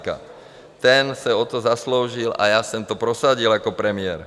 Ten se o to zasloužil a já jsem to prosadil jako premiér.